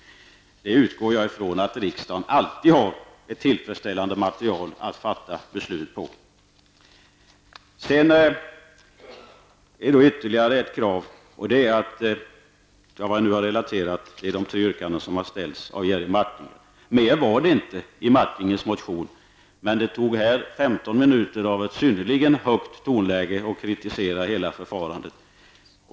Jag utgår ifrån att riksdagen alltid har ett tillfredsställande material som underlag när man fattar beslut. Jag har nu relaterat de tre yrkanden som Jerry Martinger har ställt. Mer fanns inte i Martingers motion, men det tog här 15 minuter i ett synnerligen högt tonläge att kritisera hela förfarandet.